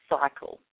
cycle